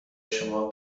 شما